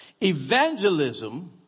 Evangelism